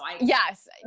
Yes